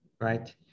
right